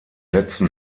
letzten